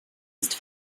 ist